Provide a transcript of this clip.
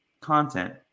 content